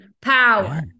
power